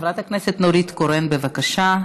חברת הכנסת נורית קורן, בבקשה.